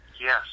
yes